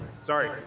sorry